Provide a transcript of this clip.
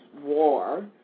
war